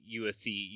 USC